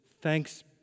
thanks